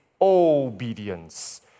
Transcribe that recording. obedience